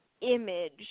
image